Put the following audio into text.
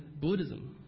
Buddhism